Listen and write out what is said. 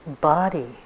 body